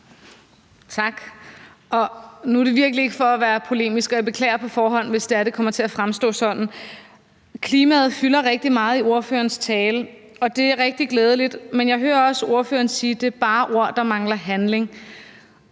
Tak. Nu er det virkelig ikke for at være polemisk, og jeg beklager på forhånd, hvis det kommer til at fremstå sådan. Klimaet fylder rigtig meget i ordførerens tale, og det er rigtig glædeligt. Men jeg hører også ordføreren sige, at det bare er ord, og